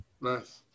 Nice